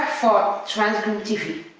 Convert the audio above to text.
transgroom tv.